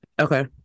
okay